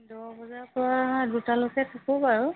দহ বজাৰ পৰা দুটালৈকে থাকোঁ বাৰু